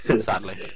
sadly